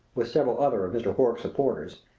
with several other of mr. horrocks' supporters,